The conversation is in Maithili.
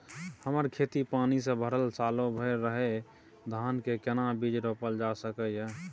हमर खेत पानी से भरल सालो भैर रहैया, धान के केना बीज रोपल जा सकै ये?